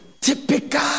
typical